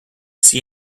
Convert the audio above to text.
see